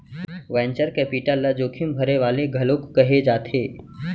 venture capital ल जोखिम भरे वाले घलोक कहे जाथे